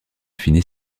affiné